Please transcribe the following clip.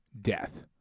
death